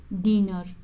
dinner